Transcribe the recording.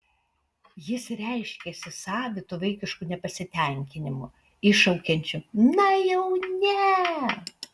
jis reiškiasi savitu vaikišku nepasitenkinimu iššaukiančiu na jau ne